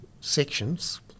sections